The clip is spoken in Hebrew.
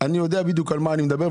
יודע בדיוק על מה אני מדבר,